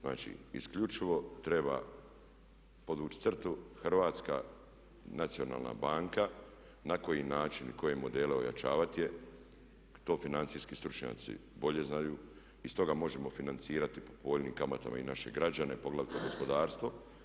Znači, isključivo treba podvući crtu Hrvatska nacionalna banka na koji način koje modele ojačavati je, to financijski stručnjaci bolje znaju i iz toga možemo financirati po povoljnijim kamatama i naše građane poglavito gospodarstvo.